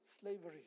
slavery